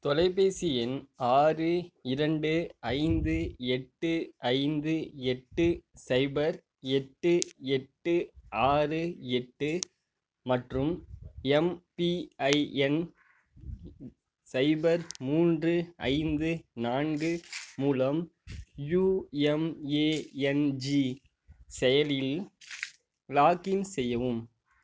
தொலைபேசி எண் ஆறு இரண்டு ஐந்து எட்டு ஐந்து எட்டு சைபர் எட்டு எட்டு ஆறு எட்டு மற்றும் எம்பிஐஎன் சைபர் மூன்று ஐந்து நான்கு மூலம் யுஎம்ஏஎன்ஜி செயலியில் லாக்இன் செய்யவும்